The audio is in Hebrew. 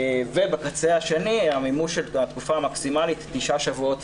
ובקצה השני המימוש של התקופה המקסימלית,